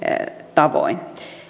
tavoin